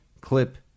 clip